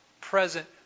present